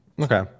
Okay